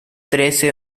trece